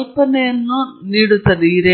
ಉಪನ್ಯಾಸವನ್ನು ಮುಕ್ತಾಯಗೊಳಿಸುತ್ತೇವೆ ತದನಂತರ R ನಲ್ಲಿ ಕೆಲವು ಉದಾಹರಣೆಗಳ ಉದಾಹರಣೆಗಳನ್ನು ಸರಿಸು